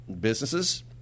businesses